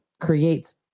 creates